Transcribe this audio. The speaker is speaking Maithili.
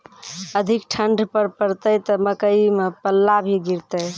अधिक ठंड पर पड़तैत मकई मां पल्ला भी गिरते?